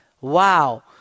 Wow